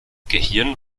gehirn